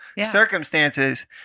circumstances